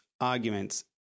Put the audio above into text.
arguments